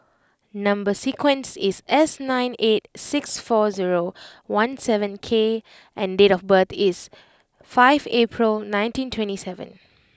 number sequence is S nine eight six four zero one seven K and date of birth is five April nineteen twenty seven